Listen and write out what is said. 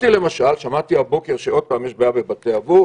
שמעתי הבוקר שיש בעיה בבתי אבות.